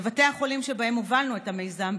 בבתי החולים שבהם הובלנו את המיזם,